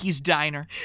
Diner